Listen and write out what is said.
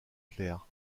claires